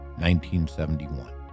1971